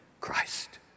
Christ